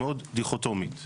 מאוד דיכוטומית.